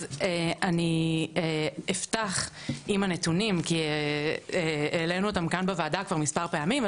אז אני אפתח עם הנתונים כי העלנו אותם כאן בוועדה כבר מספר פעמים,